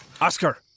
Oscar